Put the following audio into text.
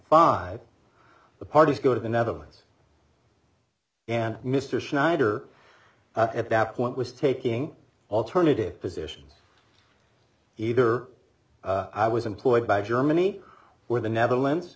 five the parties go to the netherlands and mr schneider at that point was taking alternative positions either i was employed by germany where the netherlands